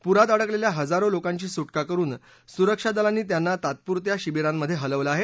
पुरात अडकलेल्या हजारो लोकांची सुटका करुन सुरक्षा दलांनी त्यांना तात्पुरत्या शिबीरांमधे हलवलं आहे